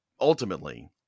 ultimately